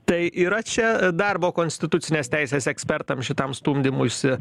tai yra čia darbo konstitucinės teisės ekspertam šitam stumdymuisi